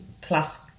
plus